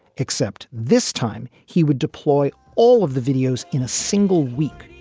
except this time he would deploy all of the videos in a single week,